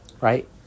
right